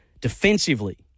defensively